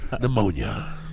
Pneumonia